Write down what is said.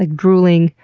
ah drooling,